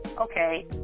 okay